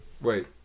Wait